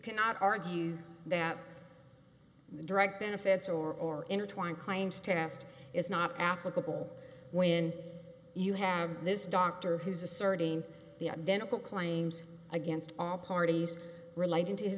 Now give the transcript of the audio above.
cannot argue that the direct benefits or or intertwined claims test is not applicable when you have this doctor who's asserting the identical claims against all parties relating to